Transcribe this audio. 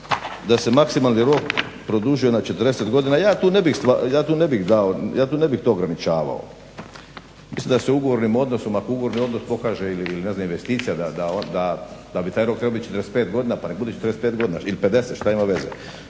da se maksimalni rok produžuje na 40 godina, ja tu ne bih to ograničavao. Mislim da se ugovornim odnosom, ako ugovorni odnos pokaže ili ne znam investicija da bi taj rok trebao biti 45 godina pa nek bude i 45 godina ili 50, što ima veze.